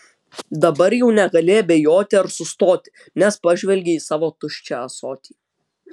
dabar jau negali abejoti ar sustoti nes pažvelgei į savo tuščią ąsotį